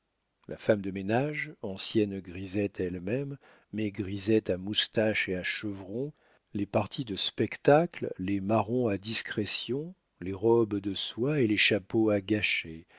la femme de ménage ancienne grisette elle-même mais grisette à moustaches et à chevrons les parties de spectacle les marrons à discrétion les robes de soie et les chapeaux à gâcher